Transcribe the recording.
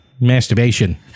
masturbation